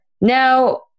Now